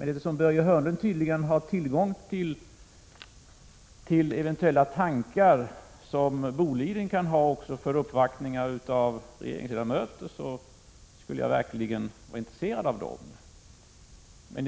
Eftersom Börje Hörnlund tydligen har tillgång till eventuella tankar som Boliden kan ha också när det gäller uppvaktningar av regeringsledamöter vore jag intresserad av att få ta del av uppgifterna.